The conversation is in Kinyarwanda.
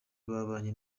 babanye